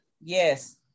Yes